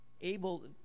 able